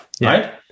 right